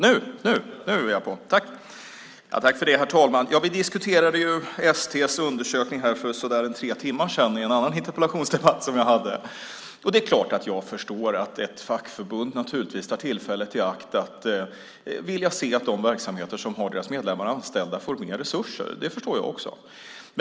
Herr talman! Vi diskuterade ju ST:s undersökning för en tre timmar sedan i en annan interpellationsdebatt som jag hade. Det är klart att ett fackförbund vill se att de verksamheter där dess medlemmar är anställda får mer resurser. Det förstår jag också.